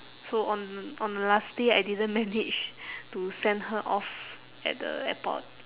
so on th~ on the last day I didn't manage to send her off at the airport